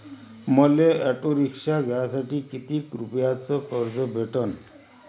मले ऑटो रिक्षा घ्यासाठी कितीक रुपयाच कर्ज भेटनं?